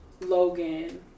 Logan